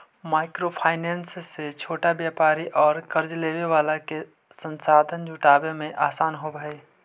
micro finance से छोटा व्यापारि औउर कर्ज लेवे वाला के संसाधन जुटावे में आसान होवऽ हई